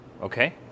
Okay